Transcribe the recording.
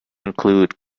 include